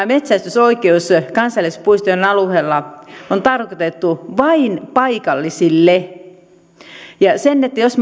metsästysoikeus kansallispuistojen alueella on tarkoitettu vain paikallisille jos